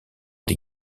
des